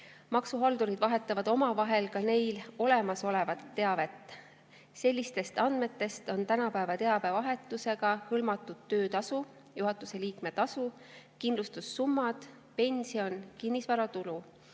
Maksuhaldurid vahetavad omavahel neil olemasolevat teavet. Sellistest andmetest on teabevahetusega hõlmatud töötasu, juhatuse liikme tasu, kindlustussummad, pension, kinnisvaratulu.